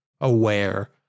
aware